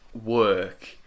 work